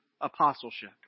apostleship